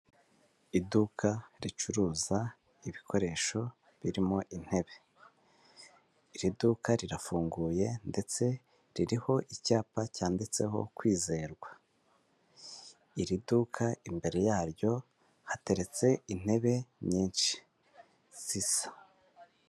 Iduka ricuruza ibikoresho birimo intebe. Iri duka rirafunguye ndetse ririho icyapa cyanditseho Kwizerwa. Iri duka imbere yaryo hateretse intebe nyinshi zisa.